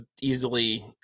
easily